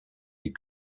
die